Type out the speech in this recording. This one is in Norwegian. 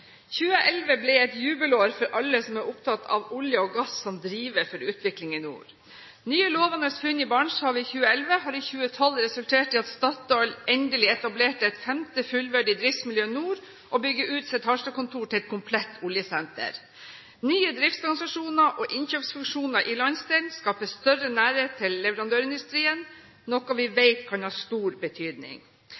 2011 ble et jubelår for alle som er opptatt av olje og gass som driver for utvikling i nord. Nye, lovende funn i Barentshavet i 2011 har i 2012 resultert i at Statoil endelig etablerte et femte fullverdig driftsmiljø, Drift Nord, og bygger ut sitt Harstad-kontor til et komplett oljesenter. Nye driftsorganisasjoner og innkjøpsfunksjoner i landsdelen skaper større nærhet til leverandørindustrien, noe vi